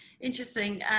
Interesting